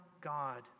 God